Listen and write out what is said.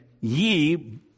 ye